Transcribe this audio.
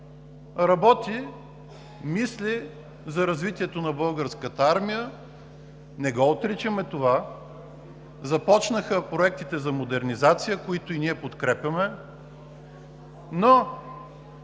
Работи, мисли за развитието на Българската армия – не отричаме това. Започнаха проектите за модернизация, които и ние подкрепяме. Но